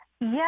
yes